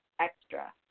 extra